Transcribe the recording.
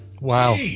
Wow